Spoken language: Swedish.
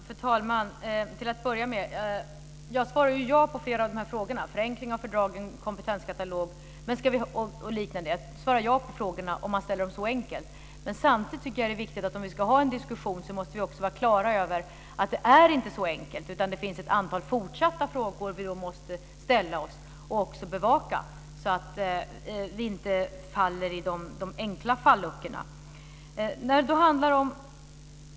Fru talman! Jag svarar ja på flera av de här frågorna som gäller en förenkling av fördragen, en kompetenskatalog och liknande. Jag svarar ja på frågorna om man ställer dem så enkelt. Men om vi ska föra en diskussion är det också viktigt att vi är klara över att det inte är så enkelt. Det finns en antal ytterligare frågor som vi då måste ställa oss och även bevaka, så att vi inte faller i de enkla falluckorna.